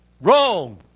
Wrong